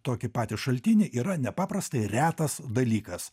tokį patį šaltinį yra nepaprastai retas dalykas